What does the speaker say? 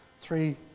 three